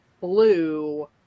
blue